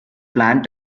planned